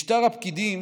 משטר הפקידים